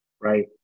right